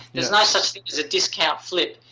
there's no such thing as a discount flip.